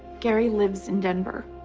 gary lives in denver.